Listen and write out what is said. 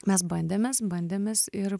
mes bandėmės bandėmės ir